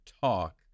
talk